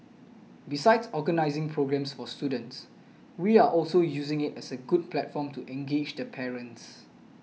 besides organising programmes for students we are also using it as a good platform to engage the parents